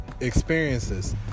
experiences